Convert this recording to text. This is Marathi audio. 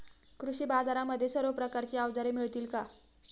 कृषी बाजारांमध्ये सर्व प्रकारची अवजारे मिळतील का?